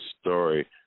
story